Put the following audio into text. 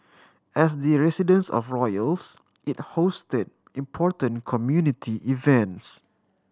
as the residence of royals it hosted important community events